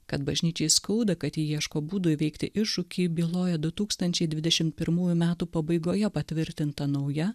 kad bažnyčiai skauda kad ji ieško būdų įveikti iššūkį byloja du tūkstančiai dvidešim pirmųjų metų pabaigoje patvirtinta nauja